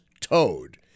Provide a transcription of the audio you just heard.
towed